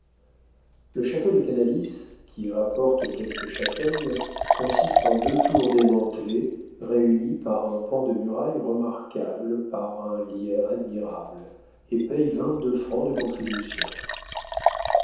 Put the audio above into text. le château de canalis qui rapporte quelques châtaignes consiste en deux tours démantelées réunies par un pan de muraille remarquable par un lierre admirable et paye vingt-deux francs de contribution